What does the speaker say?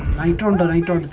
hundred and